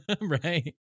Right